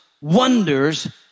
wonders